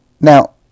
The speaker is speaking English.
now